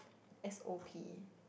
S_O_P